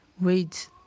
wait